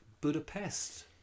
Budapest